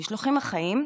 המשלוחים החיים,